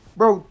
Bro